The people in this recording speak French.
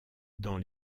dans